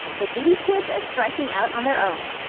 but diddy's kids are striking out on their own.